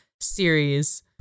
series